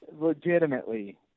legitimately